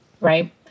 Right